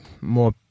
more